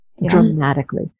Dramatically